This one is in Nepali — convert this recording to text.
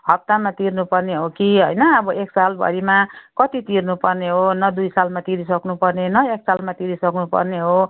हप्तामा तिर्नुपर्ने हो कि होइन अब एक सालभरिमा कति तिर्नुपर्ने हो न दुई सालमा तिरिसक्नु पर्ने न एक सालमा तिरिसक्नु पर्ने हो